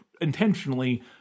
intentionally